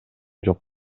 жок